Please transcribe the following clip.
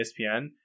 ESPN